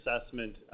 assessment